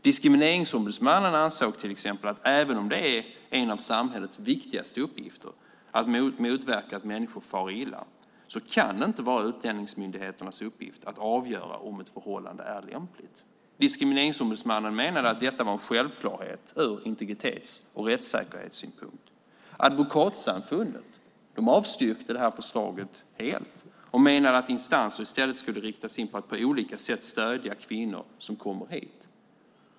Diskrimineringsombudsmannen ansåg till exempel att även om det är en av samhällets viktigaste uppgifter att motverka att människor far illa kan det inte vara utlänningsmyndigheternas uppgift att avgöra om ett förhållande är lämpligt. Diskrimineringsombudsmannen menade att detta var en självklarhet ur integritets och rättssäkerhetssynpunkt. Advokatsamfundet avstyrkte förslaget helt och menade att instanser i stället skulle riktas in på att på olika sätt stödja kvinnor som kommer hit.